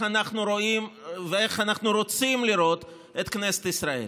אנחנו רואים ואיך אנחנו רוצים לראות את כנסת ישראל,